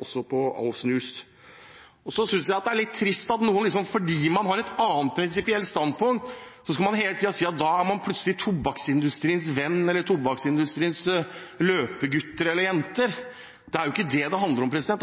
også for snus. Så synes jeg det er litt trist at noen, fordi man har et annet prinsipielt standpunkt, hele tiden skal si at man da plutselig er tobakksindustriens venn eller tobakksindustriens løpegutter eller -jenter. Det er jo ikke det det handler om. I hvert fall